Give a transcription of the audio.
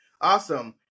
Awesome